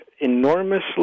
enormously